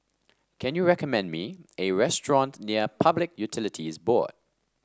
can you recommend me a restaurant near Public Utilities Board